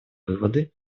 выгоды